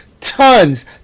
tons